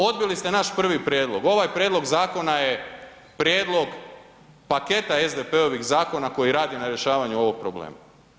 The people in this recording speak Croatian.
Odbili ste naš prvi prijedlog, ovaj prijedlog zakona je prijedlog paketa SDP-ovih zakona koji rade na rješavanju ovog problema.